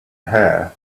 hair